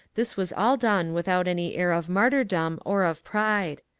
this was all done without any air of martyrdom or of pride.